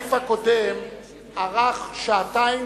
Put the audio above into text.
הסעיף הקודם ארך שעתיים